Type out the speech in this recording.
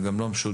זה גם לא משודר.